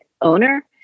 owner